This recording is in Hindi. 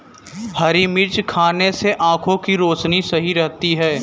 हरी मिर्च खाने से आँखों की रोशनी सही रहती है